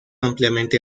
ampliamente